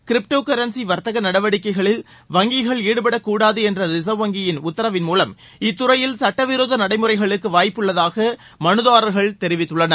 crypto currency வர்த்தக நடவடிக்கைகளில் வங்கிகள் ஈடுபடக்கூடாது என்ற ரிசர்வ் வங்கியின் உத்தரவின் மூலம் இத்துறையில் சட்டவிரோத நடைமுறைகளுக்கு வாய்ப்புள்ளதாக மனுதாரர்கள் தெரிவித்துள்ளனர்